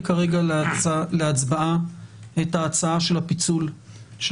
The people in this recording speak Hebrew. מביא להצבעה את ההצעה של הפיצול של